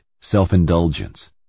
self-indulgence